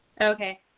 Okay